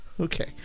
Okay